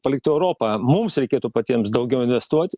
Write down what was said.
paliktų europą mums reikėtų patiems daugiau investuoti